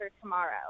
tomorrow